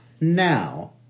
Now